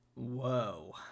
whoa